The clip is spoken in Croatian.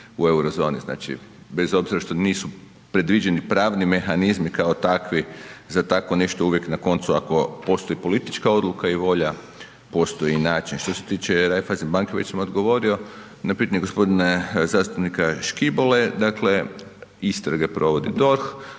u Eurozoni, znači bez obzira što nisu predviđeni pravni mehanizmi kao takvi, za tako nešto uvijek na koncu ako postoji politička odluka i volja, postoji i način. Što se tiče Raiffeisenbanke već sam odgovorio na pitanje gospodine zastupnika Škibole, dakle istrage provodi DORH,